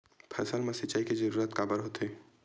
फसल मा सिंचाई के जरूरत काबर होथे?